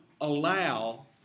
allow